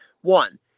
One